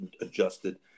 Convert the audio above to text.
adjusted